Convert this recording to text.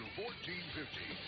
1450